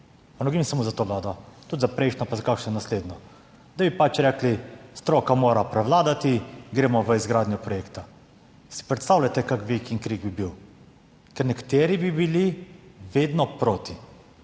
govorim samo za to Vlado, tudi za prejšnjo, pa za kakšno naslednjo, da bi pač rekli, stroka mora prevladati. Gremo v izgradnjo projekta. Si predstavljate, kakšen vik in krik bi bil, ker nekateri bi bili vedno proti